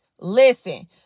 listen